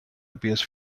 appears